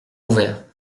ouverts